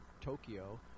Tokyo